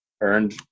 earned